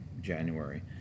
January